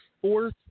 fourth